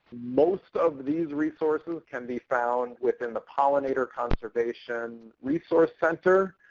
most of these resources can be found within the pollinator conservation resource center,